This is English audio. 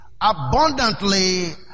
abundantly